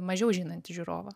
mažiau žinantį žiūrovą